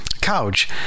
couch